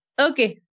Okay